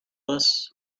this